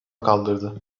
kaldırdı